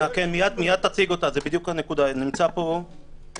מדובר על